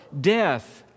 death